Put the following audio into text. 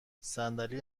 صندلی